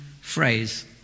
phrase